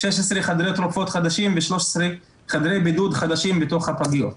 16 חדרי רופאים חדרים ו-13 חדרי בידוד חדשים בתוך הפגיות.